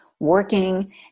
working